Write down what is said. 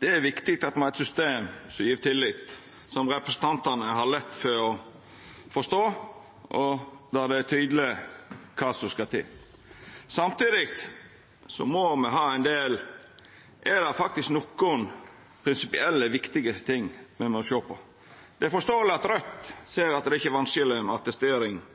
Det er viktig at me har eit system som gjev tillit, som representantane har lett for å forstå, og der det er tydeleg kva som skal til. Samtidig er det nokre prinsipielle, viktige ting me må sjå på. Det er forståeleg at Raudt ser at det ikkje er vanskeleg med attestering